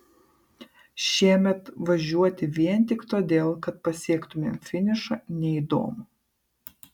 šiemet važiuoti vien tik todėl kad pasiektumėm finišą neįdomu